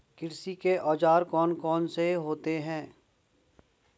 कृषि के औजार कौन कौन से होते हैं?